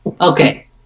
okay